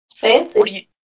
Fancy